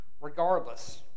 Regardless